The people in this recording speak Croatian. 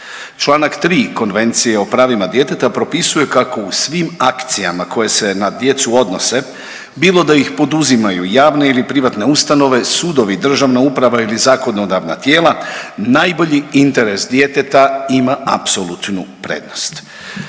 Čl. 3 Konvencije o pravima djeteta propisuje kako u svim akcijama koje se na djecu odnose, bilo da ih poduzimaju javne ili privatne ustanove, sudovi, državna uprava ili zakonodavna tijela, najbolji interes djeteta ima apsolutnu prednost.